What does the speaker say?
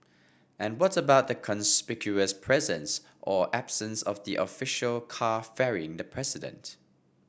and what about the conspicuous presence or absence of the official car ferrying the president